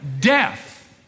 Death